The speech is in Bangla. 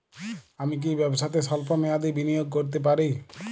আমি কি ব্যবসাতে স্বল্প মেয়াদি বিনিয়োগ করতে পারি?